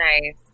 nice